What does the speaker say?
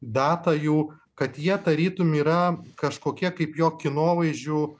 datą jų kad jie tarytum yra kažkokie kaip jo kinovaizdžių